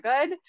good